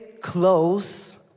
close